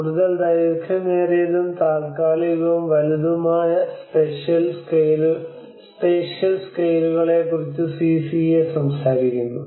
കൂടുതൽ ദൈർഘ്യമേറിയതും താൽക്കാലികവും വലുതുമായ സ്പേഷ്യൽ സ്കെയിലുകളെക്കുറിച്ച് സിസിഎ സംസാരിക്കുന്നു